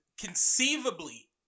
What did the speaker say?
conceivably